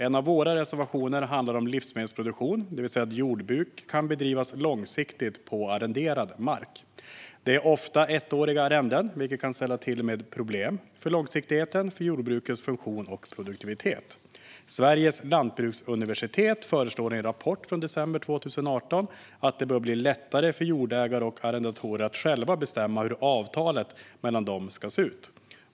En av våra reservationer handlar om livsmedelsproduktion, det vill säga att jordbruk kan bedrivas långsiktigt på arrenderad mark. Arrendena är ofta ettåriga, vilket kan ställa till med problem för långsiktigheten för jordbrukets funktion och produktivitet. Sveriges lantbruksuniversitet föreslår i en rapport från december 2018 att det ska bli lättare för jordägare och arrendatorer att själva bestämma hur avtalet mellan dem ska se ut.